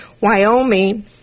Wyoming